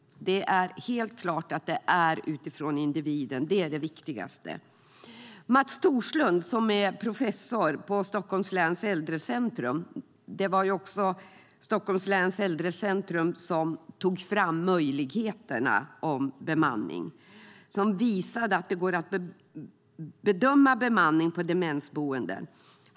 Det är helt klart att det är utifrån individen. Det är det viktigaste. Mats Thorslund är professor på Stockholms läns Äldrecentrum - det var Stockholms läns Äldrecentrum som tog fram möjligheterna när det gäller bemanning och som visade att det går att bedöma bemanning på demensboenden.